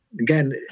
again